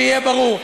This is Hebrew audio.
שיהיה ברור: